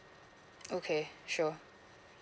okay sure